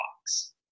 box